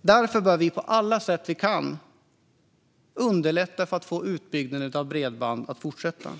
Därför bör vi underlätta på alla sätt vi kan för att få utbyggnaden av bredband att fortsätta.